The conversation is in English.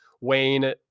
Wayne